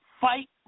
fight